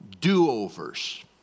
do-overs